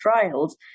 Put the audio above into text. trials